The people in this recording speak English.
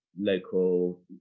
local